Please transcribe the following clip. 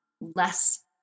less